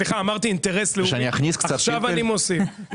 סליחה אמרתי אינטרס לאומי עכשיו אני מוסיף.